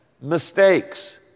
mistakes